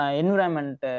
environment